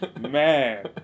man